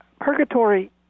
Purgatory